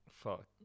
Fuck